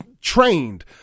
trained